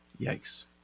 Yikes